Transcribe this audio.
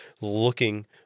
looking